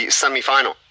semifinal